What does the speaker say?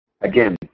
Again